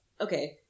okay